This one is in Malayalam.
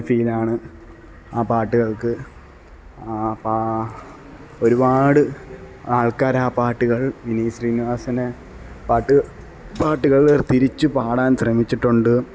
ഫീലാണ് ആ പാട്ടുകള്ക്ക് ആ പാ ഒരുപാട് ആള്ക്കാർ ആ പാട്ടുകള് വിനീത് ശ്രീനിവാസന്റെ പാട്ട് പാട്ടുകള് തിരിച്ചു പാടാന് ശ്രമിച്ചിട്ടുണ്ട്